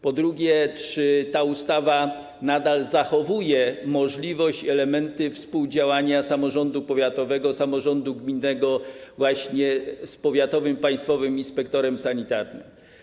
Po drugie, czy ta ustawa nadal zachowuje możliwość, elementy współdziałania samorządu powiatowego, samorządu gminnego z państwowym powiatowym inspektorem sanitarnym?